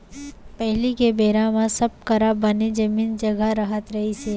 पहिली के बेरा म सब करा बने जमीन जघा रहत रहिस हे